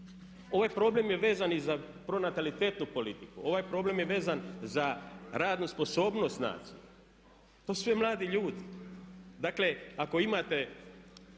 Ovaj problem je vezan i za pronatalitetnu politiku, ovaj problem je vezan za radnu sposobnost nas. To su sve mladi ljudi. Iza toga